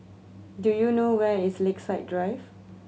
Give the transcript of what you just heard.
do you know where is Lakeside Drive